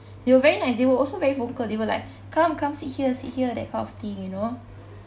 they were very nice they were also very vocal they were like come come sit here sit here that kind of thing you know